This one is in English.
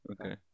Okay